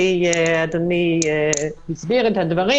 כי אדוני הסביר את הדברים,